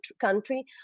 country